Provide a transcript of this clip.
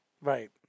Right